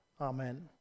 Amen